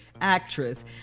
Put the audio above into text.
actress